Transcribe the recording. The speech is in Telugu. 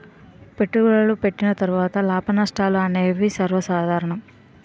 పెట్టుబడులు పెట్టిన తర్వాత లాభనష్టాలు అనేవి సర్వసాధారణం